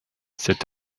cet